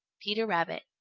peter rabbit.